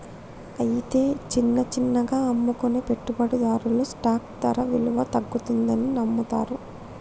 అయితే చిన్న చిన్నగా అమ్ముకునే పెట్టుబడిదారులు స్టాక్ ధర విలువలో తగ్గుతుందని నమ్ముతారు